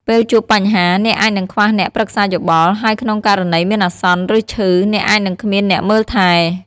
ពេលជួបបញ្ហា អ្នកអាចនឹងខ្វះអ្នកប្រឹក្សាយោបល់ ហើយក្នុងករណីមានអាសន្ន ឬឈឺ អ្នកអាចនឹងគ្មានអ្នកមើលថែ។